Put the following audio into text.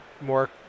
more